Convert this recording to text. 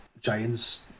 giants